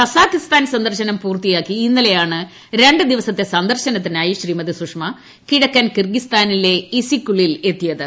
Kazakhstan സന്ദർശനം പൂർത്തിയാക്കി ഇന്നലെയാണ് രണ്ട് ദിവസത്തെ സന്ദർശനത്തിനായി ശ്രീമതി സുഷമ കിഴക്കൻ കിർഗിസ്ഥാനിലെ ഇസിക്കുളിൽ എത്തിയത്